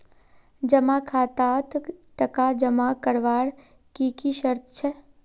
जमा खातात टका जमा करवार की की शर्त छे?